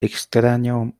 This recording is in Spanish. extraño